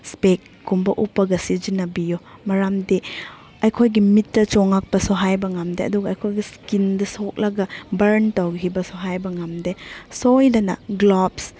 ꯏꯁꯄꯦꯛꯀꯨꯝꯕ ꯎꯞꯄꯒ ꯁꯤꯖꯤꯟꯅꯕꯤꯌꯨ ꯃꯔꯝꯗꯤ ꯑꯩꯈꯣꯏꯒꯤ ꯃꯤꯠꯇ ꯆꯣꯡꯉꯛꯄꯁꯨ ꯍꯥꯏꯕ ꯉꯝꯗꯦ ꯑꯗꯨꯒ ꯑꯩꯈꯣꯏꯒꯤ ꯏꯁꯀꯤꯟꯗ ꯁꯣꯛꯂꯒ ꯕ꯭ꯔꯟ ꯇꯧꯈꯤꯕꯁꯨ ꯍꯥꯏꯕ ꯉꯝꯗꯦ ꯁꯣꯏꯗꯅ ꯒ꯭ꯂꯣꯞꯁ